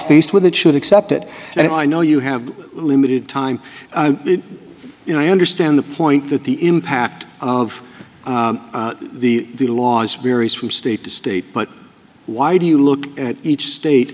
faced with it should accept it and i know you have limited time you know i understand the point that the impact of the laws varies from state to state but why do you look at each state